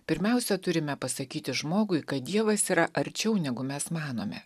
pirmiausia turime pasakyti žmogui kad dievas yra arčiau negu mes manome